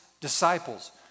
disciples